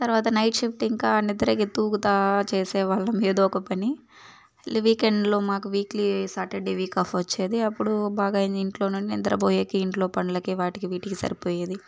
తర్వాత night shift ఇంకా నిద్రకి తూగుతూ చేసే వాళ్ళం ఏదో ఒక పని లి వీకెండ్లో మాకు వీక్లీ సాటర్డే వీక్ ఆఫ్ వచ్చేది అప్పుడు బాగా ఇంట్లో నుండి నిద్రపోయేకి ఇంట్లో పనులకి వాటికి వీటికి సరిపోయేది